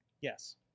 yes